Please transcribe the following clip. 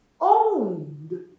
owned